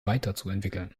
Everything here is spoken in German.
weiterzuentwickeln